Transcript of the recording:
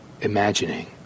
imagining